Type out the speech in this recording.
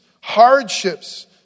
hardships